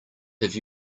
have